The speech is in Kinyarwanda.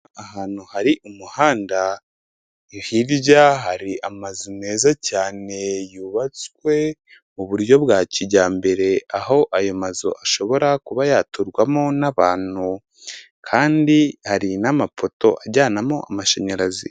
Ahantu hari umuhanda, hirya hari amazu meza cyane yubatswe mu buryo bwa kijyambere, aho ayo mazu ashobora kuba yaturwamo n'abantu, kandi hari n'amapoto ajyanamo amashanyarazi.